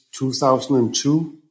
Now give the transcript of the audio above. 2002